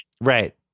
right